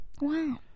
Wow